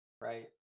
right